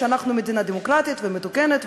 שאנחנו מדינה דמוקרטית ומתוקנת,